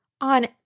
on